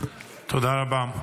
תודה רבה.